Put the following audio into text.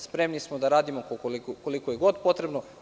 Spremni smo da radimo koliko je god potrebno.